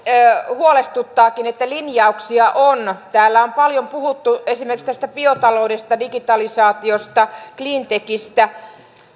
huolestuttaakin että linjauksia on täällä on paljon puhuttu esimerkiksi tästä biotaloudesta digitalisaatiosta cleantechistä